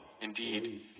Indeed